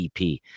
EP